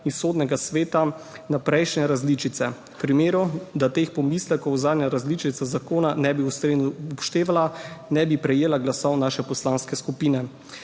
in Sodnega sveta na prejšnje različice. V primeru, da teh pomislekov zadnja različica zakona ne bi ustrezno upoštevala, ne bi prejela glasov naše poslanske skupine.